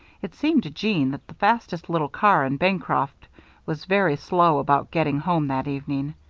it seemed to jeanne that the fastest little car in bancroft was very slow about getting home that evening.